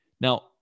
Now